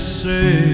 say